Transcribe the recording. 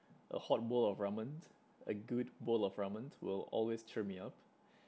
a hot bowl of ramen a good bowl of ramen will always cheer me up